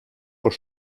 por